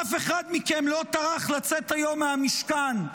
אף אחד מכם לא טרח לצאת היום מהמשכן,